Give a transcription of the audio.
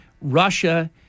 Russia